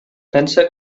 pensa